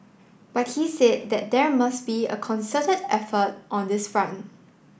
but he said that there must be a concerted effort on this front